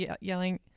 yelling